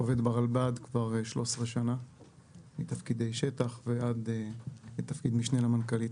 עובד ברלב"ד כבר 13 שנה בתפקידי שטח ועד לתפקיד משנה למנכ"לית.